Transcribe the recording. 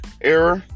error